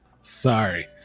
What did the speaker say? Sorry